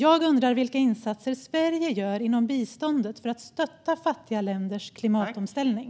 Jag undrar vilka insatser Sverige gör inom biståndet för att stötta fattiga länders klimatomställning.